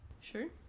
Sure